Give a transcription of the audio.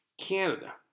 Canada